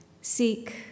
seek